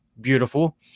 beautiful